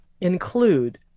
include